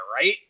right